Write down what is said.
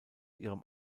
ihrem